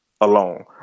alone